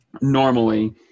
normally